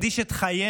אנחנו נקדיש את חיינו